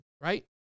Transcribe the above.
right